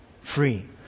free